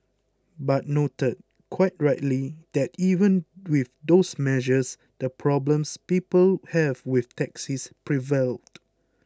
but noted quite rightly that even with those measures the problems people have with taxis prevailed